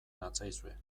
natzaizue